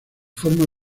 forma